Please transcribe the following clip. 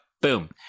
boom